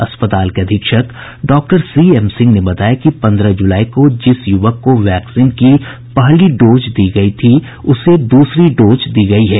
अस्पताल के अधीक्षक डॉक्टर सीएम सिंह ने बताया कि पन्द्रह जुलाई को जिस युवक को वैक्सीन की पहली डोज दी गयी थी उसे दूसरी डोज दी गयी है